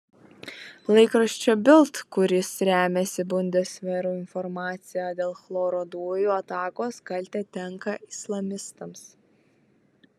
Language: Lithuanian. laikraščio bild kuris remiasi bundesveru informacija dėl chloro dujų atakos kaltė tenka islamistams